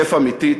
כיף אמיתי,